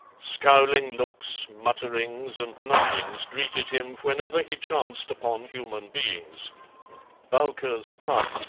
scowling looks, mutterings, and nudgings greeted him whenever he chanced upon human beings bowker's pup,